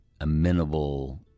amenable